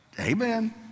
amen